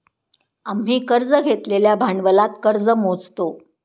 आम्ही कर्ज घेतलेल्या भांडवलात कर्ज मोजतो